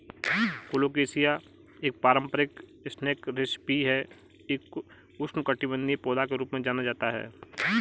colocasia एक पारंपरिक snack recipe है एक उष्णकटिबंधीय पौधा के रूप में जाना जाता है